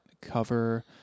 cover